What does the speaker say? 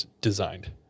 designed